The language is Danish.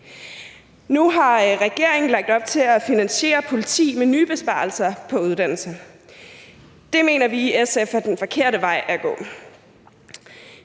Nu har regeringen lagt op til at finansiere politiet med nye besparelser på uddannelserne. Det mener vi i SF er den forkerte vej at gå.